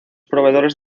proveedores